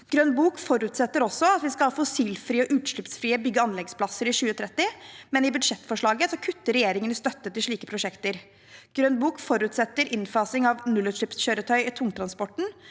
Grønn bok forutsetter også at vi skal ha fossilfrie og utslippsfrie bygge- og anleggsplasser i 2030. Men i budsjettforslaget kutter regjeringen i støtten til slike prosjekter. Grønn bok forutsetter innfasing av nullutslippskjøretøy i tungtransporten,